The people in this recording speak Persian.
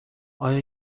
آیا